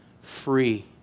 free